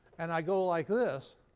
and i go like this,